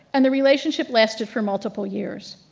and the relationship lasted for multiple years.